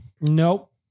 Nope